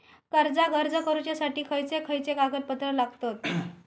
कर्जाक अर्ज करुच्यासाठी खयचे खयचे कागदपत्र लागतत